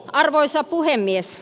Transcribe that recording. arvoisa puhemies